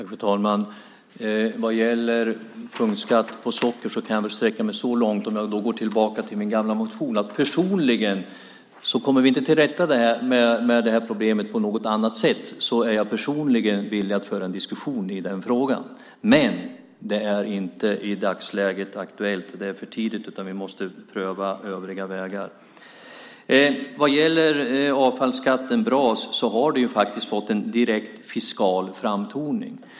Fru talman! Vad gäller punktskatt på socker kan jag väl sträcka mig så långt som till att säga - om jag går tillbaka till min tidigare motion - att om vi inte kommer till rätta med problemet på något annat sätt är jag personligen villig att diskutera frågan. Det är dock inte aktuellt i dagsläget. Det är för tidigt. Vi måste först pröva övriga vägar. Vad gäller avfallsskatten BRAS har den fått en direkt fiskal framtoning.